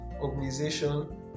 organization